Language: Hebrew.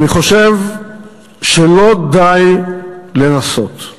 ואני חושב שלא די לנסות,